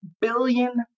billion